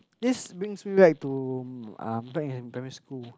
this brings me back to um back in primary school